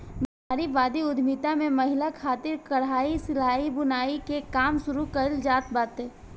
नारीवादी उद्यमिता में महिलन खातिर कटाई, सिलाई, बुनाई के काम शुरू कईल जात बाटे